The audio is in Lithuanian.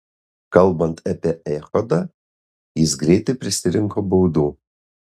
kalbant apie echodą jis greitai prisirinko baudų